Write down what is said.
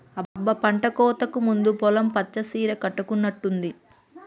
అబ్బ పంటకోతకు ముందు పొలం పచ్చ సీర కట్టుకున్నట్టుంది